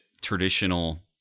traditional